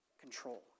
control